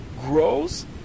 grows